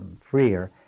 freer